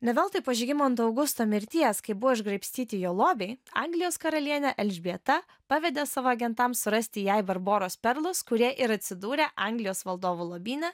ne veltui po žygimanto augusto mirties kai buvo išgraibstyti jo lobiai anglijos karalienė elžbieta pavedė savo agentams surasti jai barboros perlus kurie ir atsidūrė anglijos valdovų lobyne